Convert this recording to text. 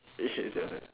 okay it's your turn